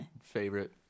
favorite